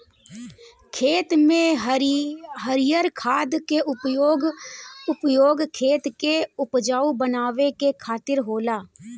खेत में हरिर खाद के उपयोग खेत के उपजाऊ बनावे के खातिर होला